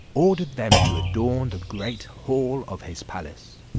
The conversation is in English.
ordered them to adorn the great hall of his palace,